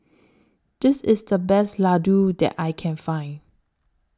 This IS The Best Ladoo that I Can Find